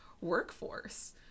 workforce